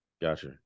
Gotcha